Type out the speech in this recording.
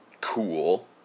cool